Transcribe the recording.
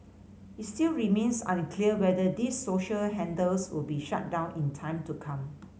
it still remains unclear whether these social handles will be shut down in time to come